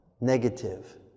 negative